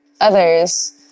others